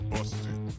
Busted